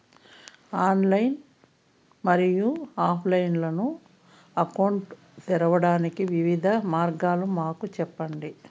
Online మరియు offline account తెరవడానికి వివిధ మార్గాలు మాకు సెప్పండి?